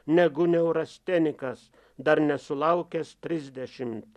negu neurastenikas dar nesulaukęs tridešimt